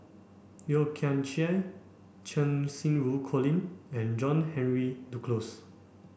Yeo Kian Chye Cheng Xinru Colin and John Henry Duclos